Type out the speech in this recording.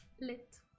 lit